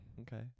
okay